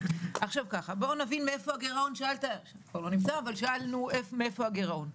בואו נבין מאיפה הגירעון, שאלו מאיפה הגירעון.